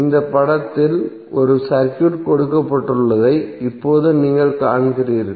இந்த படத்தில் ஒரு சர்க்யூட் கொடுக்கப்பட்டுள்ளதை இப்போது நீங்கள் காண்கிறீர்கள்